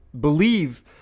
believe